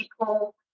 people